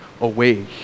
away